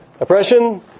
oppression